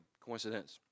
coincidence